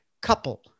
couple